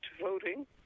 voting